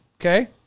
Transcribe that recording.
Okay